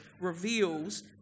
reveals